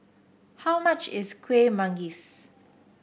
how much is Kuih Manggis